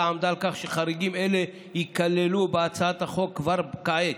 עמדה על כך שחריגים אלה ייכללו בהצעת החוק כבר כעת,